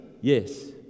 Yes